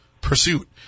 pursuit